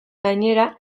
gainera